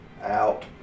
Out